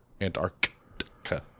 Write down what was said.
Antarctica